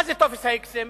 מה זה טופס האיקסים?